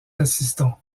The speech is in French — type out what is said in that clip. assistons